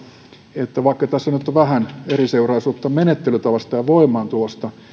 että vaikka tässä nyt on vähän eriseuraisuutta menettelytavasta ja voimaantulosta